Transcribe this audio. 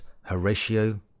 Horatio